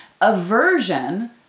Aversion